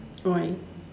why